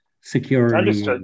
security